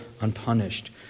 unpunished